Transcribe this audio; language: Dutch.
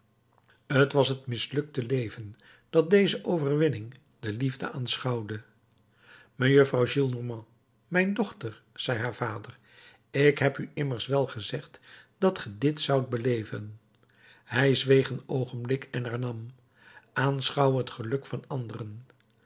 t was het mislukte leven dat deze overwinning de liefde aanschouwde mejuffrouw gillenormand mijn dochter zij haar vader ik heb u immers wel gezegd dat ge dit zoudt beleven hij zweeg een oogenblik en hernam aanschouw het geluk van anderen